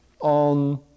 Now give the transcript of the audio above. on